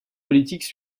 politiques